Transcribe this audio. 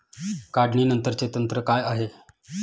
काढणीनंतरचे तंत्र काय आहे?